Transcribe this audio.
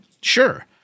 sure